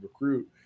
recruit